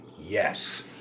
yes